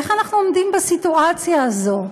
איך אנחנו עומדים בסיטואציה הזאת?